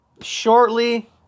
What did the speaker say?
shortly